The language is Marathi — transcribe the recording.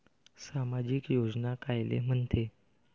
सामाजिक योजना कायले म्हंते?